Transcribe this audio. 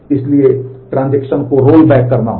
इसलिए transaction rollback करना होगा